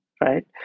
right